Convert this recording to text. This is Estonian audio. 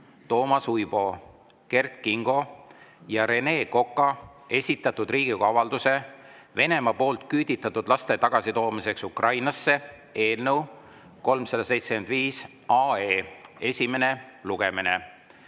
Toomas Uibo, Kert Kingo ja Rene Koka esitatud Riigikogu avalduse "Venemaa poolt küüditatud laste tagasitoomiseks Ukrainasse" eelnõu 375 esimene lugemine.